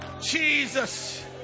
Jesus